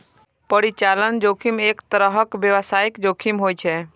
परिचालन जोखिम एक तरहक व्यावसायिक जोखिम होइ छै